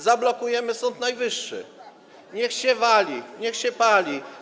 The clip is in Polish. Zablokujemy Sąd Najwyższy, niech się wali, niech się pali.